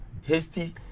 hasty